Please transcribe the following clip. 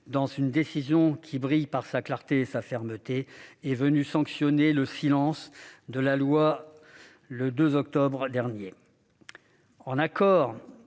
dans une décision qui brille par sa clarté et sa fermeté, est venu sanctionner le silence de la loi, le 2 octobre dernier. En